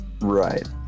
Right